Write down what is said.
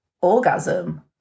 orgasm